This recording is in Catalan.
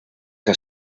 que